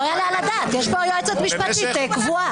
את לא המשפטנית היחידה כאן.